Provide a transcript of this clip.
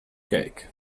cake